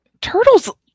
Turtles